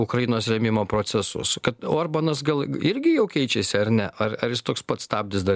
ukrainos rėmimo procesus kad orbanas gal irgi jau keičiasi ar ne ar ar jis toks pat stabdis dar